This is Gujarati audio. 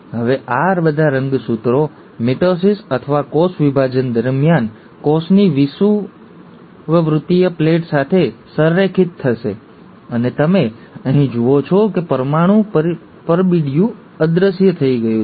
હવે આ બધા રંગસૂત્રો મિટોસિસ અથવા કોષ વિભાજન દરમિયાન કોષની વિષુવવૃત્તીય પ્લેટ સાથે સંરેખિત થશે અને તમે અહીં જુઓ છો કે પરમાણુ પરબીડિયું અદૃશ્ય થઈ ગયું છે